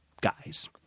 guys